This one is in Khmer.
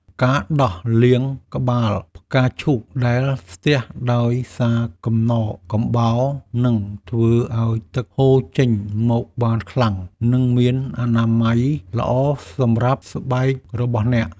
ការដោះលាងក្បាលផ្កាឈូកដែលស្ទះដោយសារកំណកកំបោរ នឹងធ្វើឱ្យទឹកហូរចេញមកបានខ្លាំង និងមានអនាម័យល្អសម្រាប់ស្បែករបស់អ្នក។